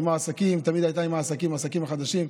שתמיד הייתה עם העסקים החדשים,